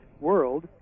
world